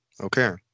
Okay